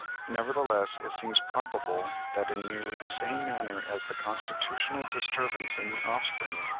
nevertheless, it seems probable, that in nearly the same manner as the constitutional disturbance in the offspring,